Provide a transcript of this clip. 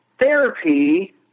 therapy